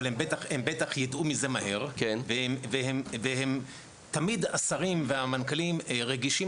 אבל הם בטח יידעו מזה מהר והם תמיד השרים ומנכ"לים רגישים